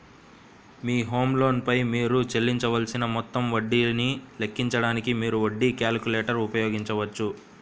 మీ home loan పై మీరు చెల్లించవలసిన మొత్తం వడ్డీని లెక్కించడానికి, మీరు వడ్డీ క్యాలిక్యులేటర్ ఉపయోగించవచ్చు